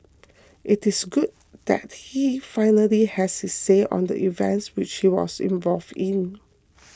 it is good that he finally has his say on the events which he was involved in